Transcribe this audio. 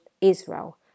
Israel